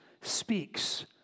speaks